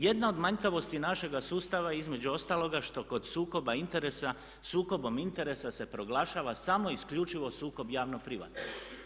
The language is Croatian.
Jedna od manjkavosti našega sustava između ostaloga što kod sukoba interesa, sukobom interesa se proglašava samo isključivo sukob javno privatnog.